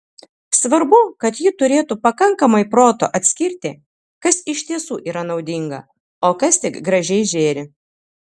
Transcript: svarbu kad ji turėtų pakankamai proto atskirti kas iš tiesų yra naudinga o kas tik gražiai žėri